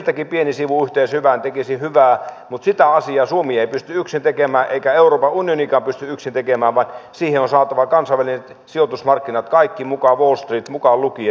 sieltäkin pieni siivu yhteiseen hyvään tekisi hyvää mutta sitä asiaa suomi ei pysty yksin tekemään eikä euroopan unionikaan pysty yksin tekemään vaan siihen on saatava kansainväliset sijoitusmarkkinat kaikki mukaan wall street mukaan lukien